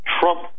Trump